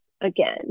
again